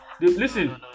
Listen